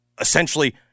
essentially